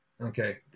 okay